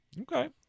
Okay